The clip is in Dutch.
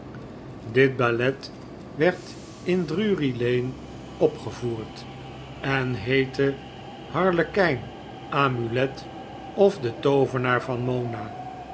dit ballet werd in drury-lane opgevoerd en heette harlekijn amulet of de toovenaar van mona